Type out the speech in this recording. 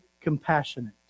compassionate